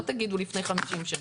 לא תגידו לפני 50 שנה.